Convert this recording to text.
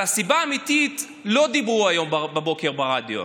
על הסיבה האמיתית לא דיברו היום בבוקר ברדיו: